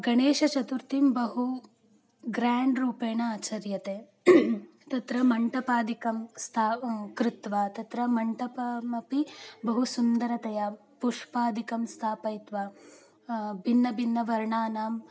गणेशचतुर्थी बहु ग्रेण्ड् रूपेण आचर्यते तत्र मण्टपादिकं स्ता कृत्वा तत्र मण्टपमपि बहु सुन्दरतया पुष्पादिकं स्थापयित्वा भिन्नभिन्नवर्णानां